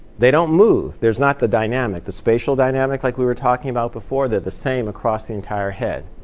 they don't move. there's not the dynamic the spatial dynamic like we were talking about before. they're the same across the entire head.